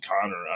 Connor